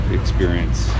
experience